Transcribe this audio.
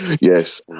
yes